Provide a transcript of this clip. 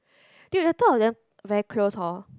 dude the two of them very close hor